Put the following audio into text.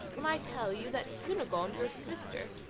when i tell you that cunegonde, your sister,